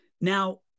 Now